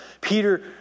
Peter